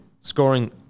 scoring